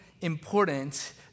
important